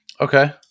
Okay